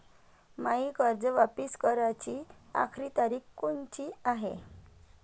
मायी कर्ज वापिस कराची आखरी तारीख कोनची हाय?